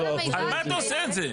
על מה אתה עושה את זה?